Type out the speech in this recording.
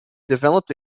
developed